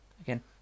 again